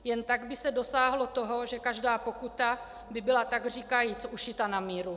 Jen tak by se dosáhlo toho, že každá pokuta by byla takříkajíc ušita na míru.